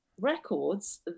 records